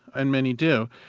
and many do,